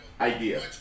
idea